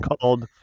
called